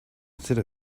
instead